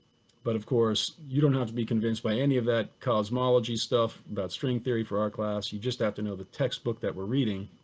but of course, you don't have to be convinced by any of that cosmology stuff, about string theory for our class, you just have to know the textbook that we're reading.